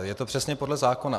Je to přesně podle zákona.